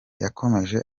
yakomeje